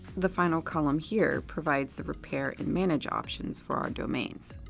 the final column here provides the repair and manage options for our domains.